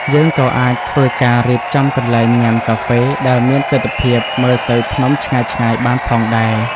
យើងក៏អាចធ្វើការរៀបចំកន្លែងញ៉ាំកាហ្វេដែលមានទិដ្ឋភាពមើលទៅភ្នំឆ្ងាយៗបានផងដែរ។